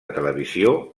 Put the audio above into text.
televisió